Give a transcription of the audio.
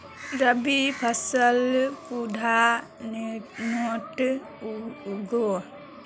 रवि फसल कुंडा दिनोत उगैहे?